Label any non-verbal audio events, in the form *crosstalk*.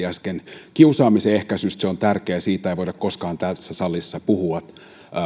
*unintelligible* äsken vaikuttavasti kiusaamisen ehkäisystä se on tärkeää siitä ei voida koskaan tässä salissa puhua